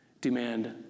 demand